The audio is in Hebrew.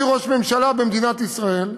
מראש הממשלה במדינת ישראל,